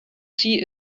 see